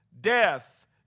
Death